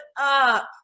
up